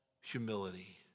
humility